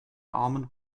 almond